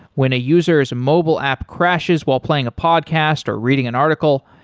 when a user s mobile app crashes while playing a podcast or reading an article,